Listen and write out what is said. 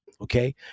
Okay